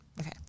Okay